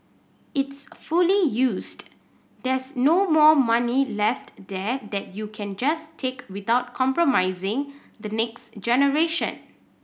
it's fully used there's no more money left there that you can just take without compromising the next generation